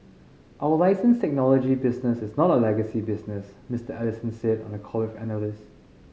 our license technology business is not a legacy business Mister Ellison said on a call with analysts